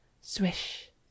Swish